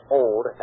old